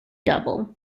double